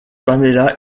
pamela